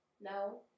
No